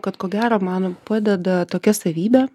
kad ko gero man padeda tokia savybė